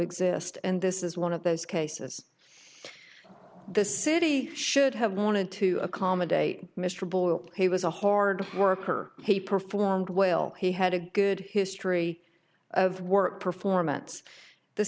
exist and this is one of those cases the city should have wanted to accommodate mr boyle he was a hard worker he performed well he had a good history of work performance the